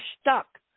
stuck